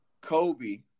Kobe